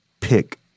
pick